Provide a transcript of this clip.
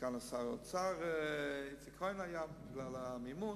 סגן שר האוצר איציק כהן היה, בגלל המימון.